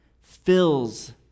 fills